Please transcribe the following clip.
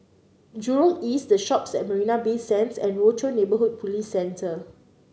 Jurong East The Shoppes at Marina Bay Sands and Rochor Neighborhood Police Centre